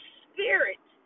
spirit